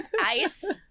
Ice